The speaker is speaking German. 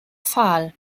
pfahl